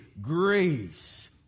grace